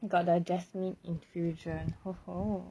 got the jasmine infusion